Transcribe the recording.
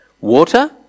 Water